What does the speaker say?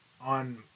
on